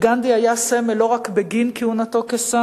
גנדי היה סמל לא רק בגין כהונתו כשר.